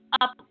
up